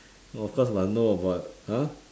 of course I know about !huh!